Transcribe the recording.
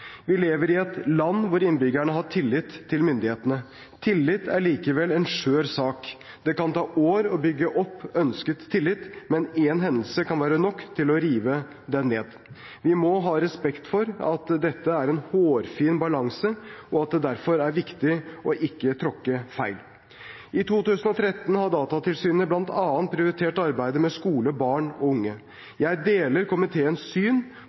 Vi lever i et land hvor innbyggerne har tillit til myndighetene. Tillit er likevel en skjør sak. Det kan ta år å bygge opp ønsket tillit, men én hendelse kan være nok til å rive den ned. Vi må ha respekt for at dette er en hårfin balanse, og at det derfor er viktig ikke å tråkke feil. I 2013 har Datatilsynet bl.a. prioritert arbeid med skole, barn og unge. Jeg deler komiteens syn